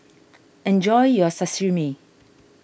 enjoy your Sashimi